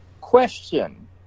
Question